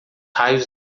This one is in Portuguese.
raios